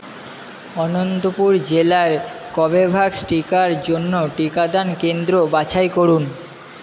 অনন্তপুর জেলায় কবেভ্যাক্স টিকার জন্য টিকাদান কেন্দ্র বাছাই করুন